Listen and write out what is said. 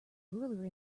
ruler